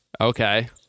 Okay